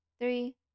Three